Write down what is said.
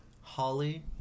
Holly